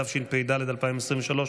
התשפ"ד 2023,